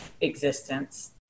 existence